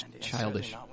childish